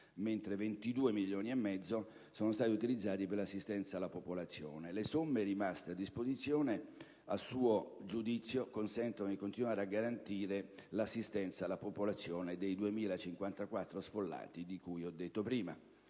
mentre 22,5 milioni di euro sono stati utilizzati per l'assistenza alla popolazione, e che le somme rimaste a disposizione a suo giudizio consentono di continuare a garantire l'assistenza alla popolazione dei 2.054 sfollati, di cui ho detto prima.